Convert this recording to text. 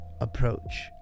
approach